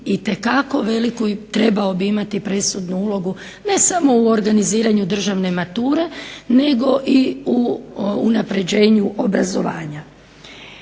itekako veliku i trebao bi imati presudnu ulogu ne samo u organiziranju državne mature nego i u unapređenju obrazovanja.